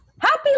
happy